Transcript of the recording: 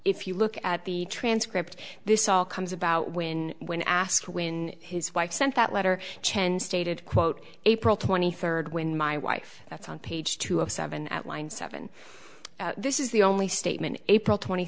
if you look at the transcript this all comes about when when asked when his wife sent that letter chen stated quote april twenty third when my wife that's on page two of seven at line seven this is the only statement april twenty